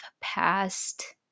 past